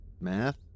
math